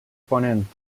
ponent